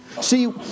See